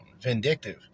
vindictive